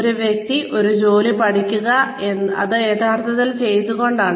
ഒരു വ്യക്തി ഒരു ജോലി പഠിക്കുക അത് യഥാർത്ഥത്തിൽ ചെയ്തുകൊണ്ടാണ്